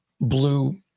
Blue